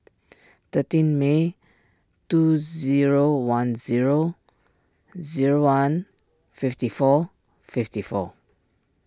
thirteen May two zero one zero zero one fifty four fifty four